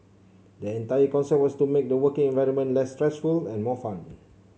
the entire concept was to make the working environment less stressful and more fun